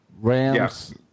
Rams